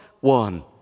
one